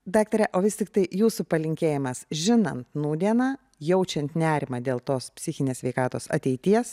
daktare o vis tiktai jūsų palinkėjimas žinant nūdieną jaučiant nerimą dėl tos psichinės sveikatos ateities